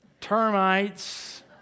termites